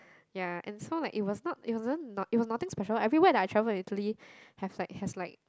ya and so like it was not it wasn't not it was nothing special everywhere that I travel in Italy have like has like